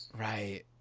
Right